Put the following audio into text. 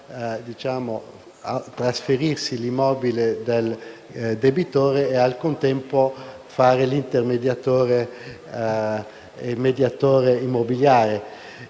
non può trasferirsi l'immobile del debitore e, al contempo, fare l'intermediatore e il mediatore immobiliare.